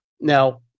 Now